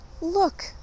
look